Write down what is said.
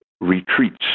retreats